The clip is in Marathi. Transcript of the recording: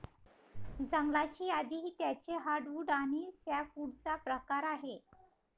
जंगलाची यादी ही त्याचे हर्टवुड आणि सॅपवुडचा प्रकार आहे